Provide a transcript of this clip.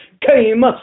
came